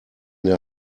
der